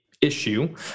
issue